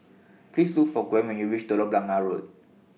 Please Look For Gwen when YOU REACH Telok Blangah Road